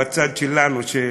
בצד שלנו,